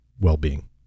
well-being